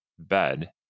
bed